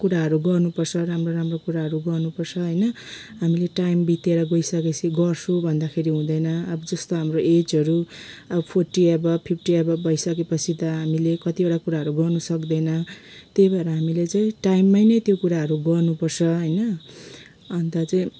कुराहरू गर्नुपर्छ राम्रो राम्रो कुराहरू गर्नुपर्छ होइन हामीले टाइम बितेर गोइसके पछि गर्छु भन्दाखेरि हुँदैन अब जस्तै हाम्रो एजहरू अब फोर्टी एभब फिफ्टी एभब भइसकेपछि त हामीले कतिवटा कुराहरू गर्नु सक्दैन त्यही भएर हामीले चाहिँ टाइममा नै त्यो कुराहरू गर्नु पर्छ होइन अन्त चाहिँ